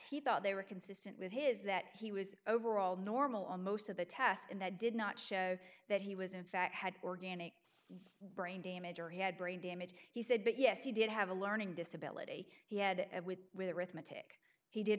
he thought they were consistent with his that he was overall normal on most of the tests and that did not show that he was in fact had organic brain damage or he had brain damage he said but yes he did have a learning disability he had and with with arithmetic he did